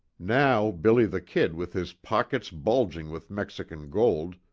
now billy the kid, with his pockets bulging with mexican gold,